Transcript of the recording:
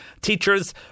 Teachers